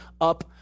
up